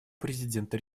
президента